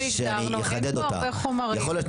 למשל,